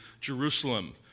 Jerusalem